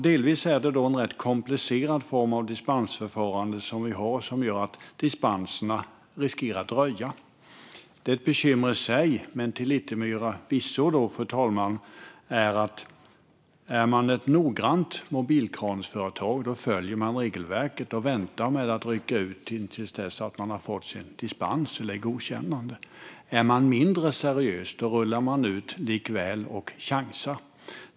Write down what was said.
Det är delvis en rätt komplicerad form av dispensförfarande som vi har, och det gör att dispenserna riskerar att dröja. Det är ett bekymmer i sig, men till yttermera visso, fru talman, är det så att om man är ett noggrant mobilkransföretag följer man regelverket och väntar med att rycka ut till dess att man har fått dispens eller godkännande. Om man är mindre seriös rullar man ut likväl och chansar.